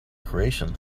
creation